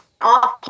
off